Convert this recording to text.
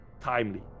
timely